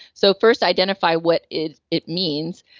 so, first identify what it it means.